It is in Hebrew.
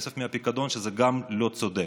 שגם זה לא צודק.